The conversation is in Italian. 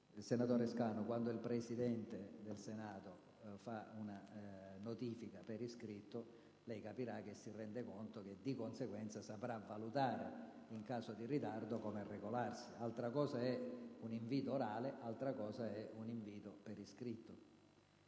Senatore Scanu, quando il Presidente del Senato fa una notifica per iscritto lei capirà che si rende conto di ciò che fa e, di conseguenza, sa valutare come regolarsi: una cosa è un invito orale, altra cosa un invito per iscritto.